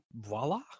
voila